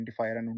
identifier